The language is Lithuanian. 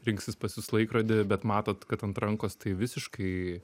rinksis pas jus laikrodį bet matot kad ant rankos tai visiškai